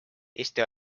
eesti